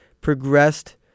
progressed